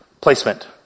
placement